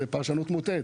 זו פרשנות מוטעית,